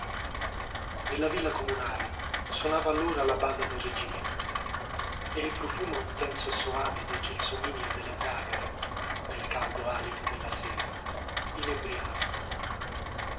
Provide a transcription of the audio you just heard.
nella villa comunale sonava allora la banda del reggimento e il profumo intenso e soave dei gelsomini e delle zàgare nel caldo alito della sera inebriava